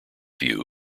view